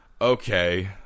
Okay